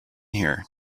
here